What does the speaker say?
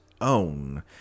own